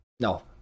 No